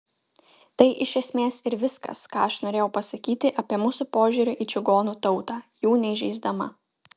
tai iš esmės ir viskas ką aš norėjau pasakyti apie mūsų požiūrį į čigonų tautą jų neįžeisdama